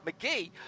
McGee